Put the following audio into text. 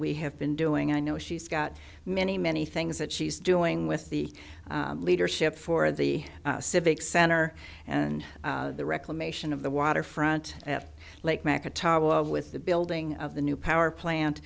we have been doing i know she's got many many things that she's doing with the leadership for the civic center and the reclamation of the waterfront at lake mcintosh with the building of the new power plant